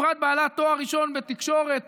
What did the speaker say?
אפרת בעלת תואר ראשון בתקשורת,